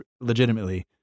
legitimately